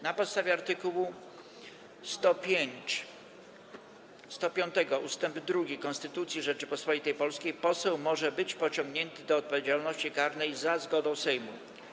Na podstawie art. 105 ust. 2 Konstytucji Rzeczypospolitej Polskiej poseł może być pociągnięty do odpowiedzialności karnej za zgodą Sejmu.